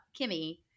Kimmy